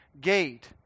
gate